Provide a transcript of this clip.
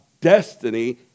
destiny